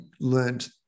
learned